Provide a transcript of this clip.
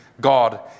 God